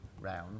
round